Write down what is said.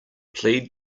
plead